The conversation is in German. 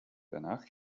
danach